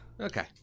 Okay